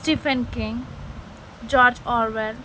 stiffen King George Orwell